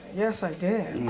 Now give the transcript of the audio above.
yes, i did.